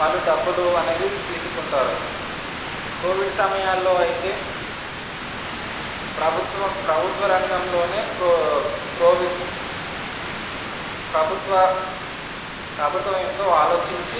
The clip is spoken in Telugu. వాళ్ళు డబ్బులు అనేది తీసుకుంటారు కోవిడ్ సమయాల్లో అయితే ప్రభుత్వం ప్రభుత్వ రంగంలోనే ప్రో ప్రోవిద్ ప్రభుత్వ ప్రభుత్వం ఎంతో ఆలోచించి